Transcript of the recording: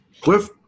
Cliff